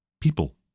people